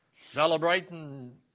celebrating